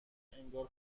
انگار